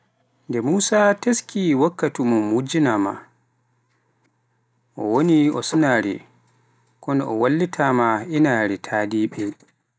Nde Muusaa teskii waktu mum wujjaama, o woni e sunaare, Kono o wullitiimaa inaare tadiɓe.